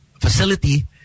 facility